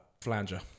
flanger